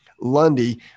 Lundy